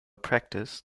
practice